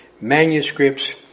manuscripts